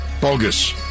Bogus